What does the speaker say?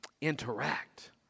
interact